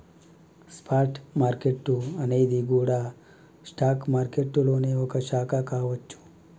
spot market అనేది గూడా stock మారికెట్టులోనే ఒక శాఖ కావచ్చు